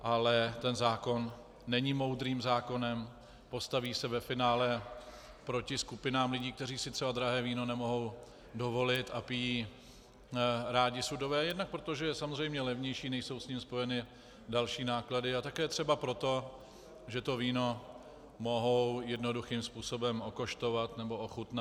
Ale ten zákon není moudrým zákonem, postaví se ve finále proti skupinám lidí, kteří si třeba drahé víno nemohou dovolit a pijí rádi sudové, jednak proto, že je samozřejmě levnější, nejsou s ním spojeny další náklady, a také třeba proto, že to víno mohou jednoduchým způsobem okoštovat nebo ochutnat.